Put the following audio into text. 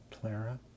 Clara